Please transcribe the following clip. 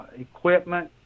equipment